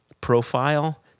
profile